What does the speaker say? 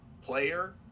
player